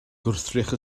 gwrthrych